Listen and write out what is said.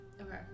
Okay